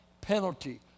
penalty